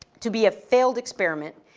to be a failed experiment.